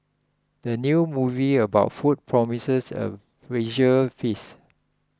the new movie about food promises a visual feast